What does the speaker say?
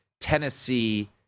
Tennessee